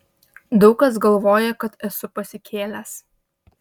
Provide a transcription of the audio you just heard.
daug kas galvoja kad esu pasikėlęs